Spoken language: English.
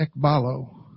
ekbalo